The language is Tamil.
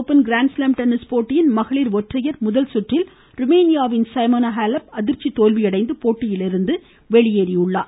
ஒப்பன் கிராண்ட்ஸ்லாம் டென்னிஸ் போட்டியின் மகளிர் ஒற்றையர் முதல் சுற்றில் ருமேனியாவின் சைமோனா ஹெலப் அதிர்ச்சி தோல்வியடைந்து போட்டியிலிருந்து வெளியேறினார்